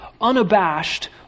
unabashed